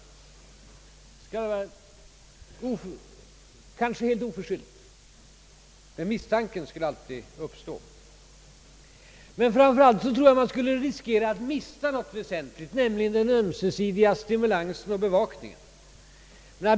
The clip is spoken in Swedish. Misstanken skulle alltid uppstå, kanske helt oförskyllt. Framför allt tror jag man skulle riskera att mista någonting väsentligt, nämligen den ömsesidiga stimulansen och bevakningen.